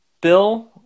Bill